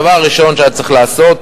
הדבר הראשון שהיה צריך לעשות,